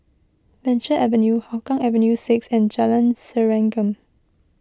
Venture Avenue Hougang Avenue six and Jalan Serengam